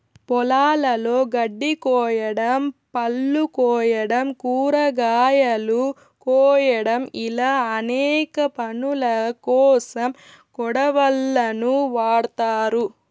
పొలాలలో గడ్డి కోయడం, పళ్ళు కోయడం, కూరగాయలు కోయడం ఇలా అనేక పనులకోసం కొడవళ్ళను వాడ్తారు